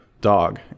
dog